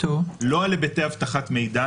לא על היבטי אבטחת מידע.